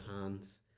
hands